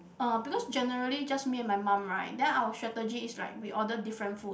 uh because generally just me and my mum right then our strategy is like we order different food